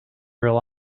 rely